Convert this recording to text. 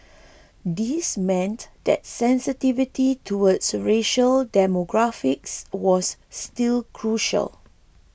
this meant that sensitivity toward racial demographics was still crucial